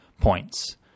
points